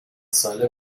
ساله